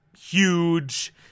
huge